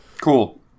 Cool